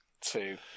two